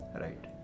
right